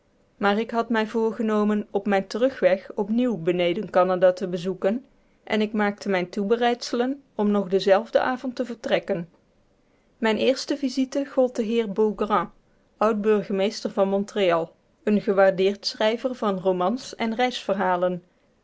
maar ik had mij voorgenomen op mijn terugweg op nieuw beneden canada te bezoeken en ik maakte mijne toebereidselen om nog denzelfden avond te vertrekken mijn eerste visite gold den heer beaugrand oud-burgemeester van montreal een gewaardeerd schrijver van romans en reisverhalen